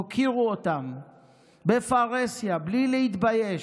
תוקירו אותם בפרהסיה, בלי להתבייש,